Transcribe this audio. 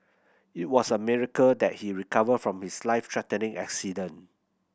it was a miracle that he recovered from his life threatening accident